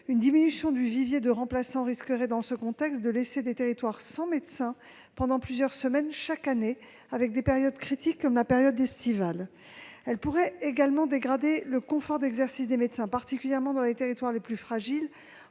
Une diminution du vivier de remplaçants risquerait, dans ce contexte, de laisser des territoires sans médecins pendant plusieurs semaines, chaque année, durant des périodes critiques comme l'été. Cette diminution pourrait également dégrader le confort d'exercice des médecins, particulièrement dans les territoires les plus fragiles,